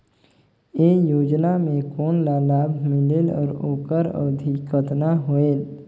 ये योजना मे कोन ला लाभ मिलेल और ओकर अवधी कतना होएल